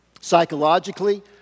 psychologically